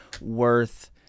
worth